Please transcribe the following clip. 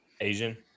Asian